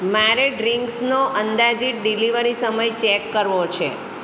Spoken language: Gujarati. મારે ડ્રીંક્સનો અંદાજીત ડિલિવરી સમય ચેક કરવો છે